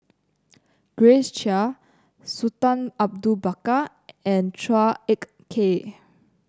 Grace Chia Sultan Abu Bakar and Chua Ek Kay